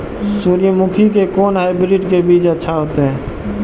सूर्यमुखी के कोन हाइब्रिड के बीज अच्छा होते?